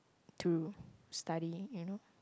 to study you know